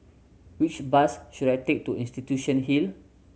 which bus should I take to Institution Hill